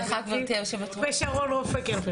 ושרון אופק.